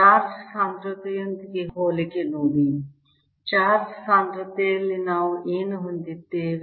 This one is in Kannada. ಚಾರ್ಜ್ ಸಾಂದ್ರತೆಯೊಂದಿಗೆ ಹೋಲಿಕೆ ನೋಡಿ ಚಾರ್ಜ್ ಸಾಂದ್ರತೆಯಲ್ಲಿ ನಾವು ಏನು ಹೊಂದಿದ್ದೇವೆ